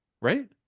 right